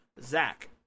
Zach